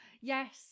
Yes